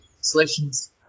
solutions